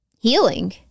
healing